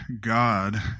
God